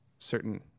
certain